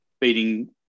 beating